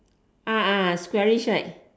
ah ah squarish right